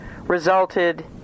resulted